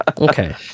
Okay